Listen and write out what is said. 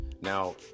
Now